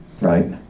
right